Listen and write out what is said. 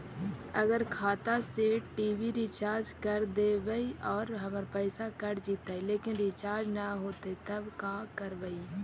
अगर खाता से टी.वी रिचार्ज कर देबै और हमर पैसा कट जितै लेकिन रिचार्ज न होतै तब का करबइ?